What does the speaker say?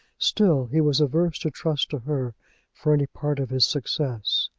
still he was averse to trust to her for any part of his success.